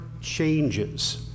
changes